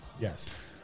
Yes